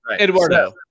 Eduardo